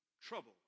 trouble